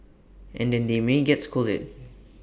and then they may get scolded